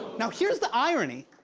now, here's the irony.